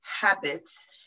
habits